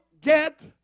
get